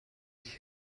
ich